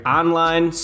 online